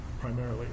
primarily